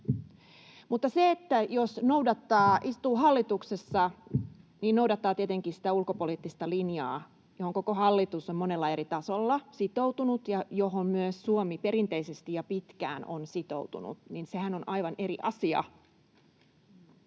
Mutta jos istuu hallituksessa, niin noudattaa tietenkin sitä ulkopoliittista linjaa, johon koko hallitus on monella eri tasolla sitoutunut ja johon myös Suomi perinteisesti ja pitkään on sitoutunut — ja sehän on aivan eri asia.